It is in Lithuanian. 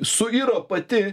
suiro pati